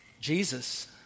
Jesus